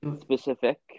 specific